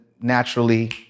naturally